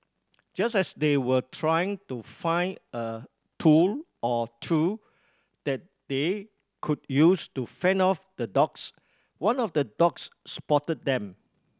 just as they were trying to find a tool or two that they could use to fend off the dogs one of the dogs spotted them